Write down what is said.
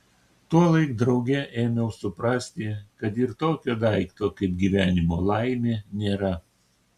tuolaik drauge ėmiau suprasti kad ir tokio daikto kaip gyvenimo laimė nėra